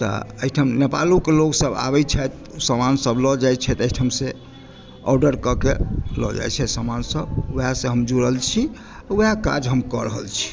तऽ एहिठाम नेपालोके लोक सभ आबै छथि समान सभ लऽ जाइत छथि एहिठाम सॅं आर्डर कऽ के लऽ जाइत छै समान सभ वएह सॅं हम जुड़ल छी वएह काज हम कऽ रहल छी